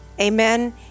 Amen